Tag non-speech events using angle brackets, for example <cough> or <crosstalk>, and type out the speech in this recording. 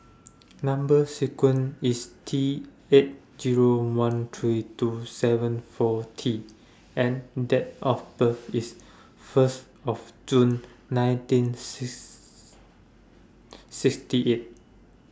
Number sequence IS T eight Zero one three two seven four T and Date of birth IS First of June nineteen <unintelligible> sixty eight